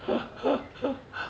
ah